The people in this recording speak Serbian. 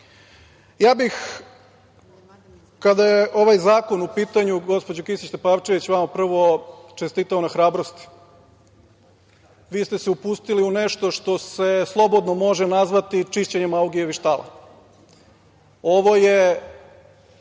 bih, kada je ovaj zakon u pitanju, gospođo Kisić Tepavčević, vama prvo čestitao na hrabrosti. Vi ste se upustili u nešto što se slobodno može nazvati i čišćenjem Augijevih štala. Ovo je